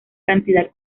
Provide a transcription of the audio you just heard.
cantidad